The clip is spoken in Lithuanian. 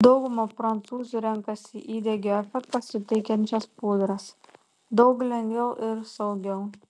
dauguma prancūzių renkasi įdegio efektą suteikiančias pudras daug lengviau ir saugiau